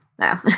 no